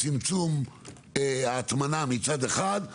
צמצום ההטמנה מצד אחד,